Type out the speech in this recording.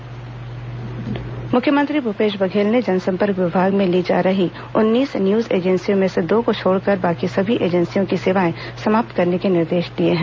मुख्यमंत्री निर्देश मुख्यमंत्री भूपेश बघेल ने जनसंपर्क विभाग में ली जा रही उन्नीस न्यूज एजेंसियों में से दो को छोड़कर बाकी सभी एजेंसियों की सेवाएं समाप्त करने के निर्देश दिए हैं